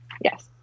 Yes